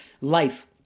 life